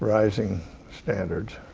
rising standards,